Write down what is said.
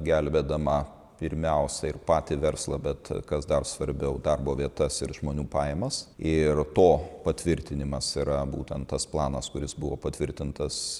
gelbėdama pirmiausia ir patį verslą bet kas dar svarbiau darbo vietas ir žmonių pajamas ir to patvirtinimas yra būtent tas planas kuris buvo patvirtintas